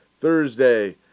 Thursday